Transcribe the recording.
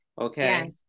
okay